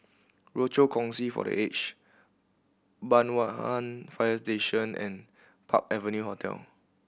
Rochor Kongsi for The Aged Banyan Fire Station and Park Avenue Hotel